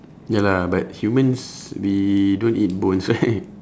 ya lah but humans we don't eat bones right